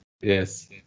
Yes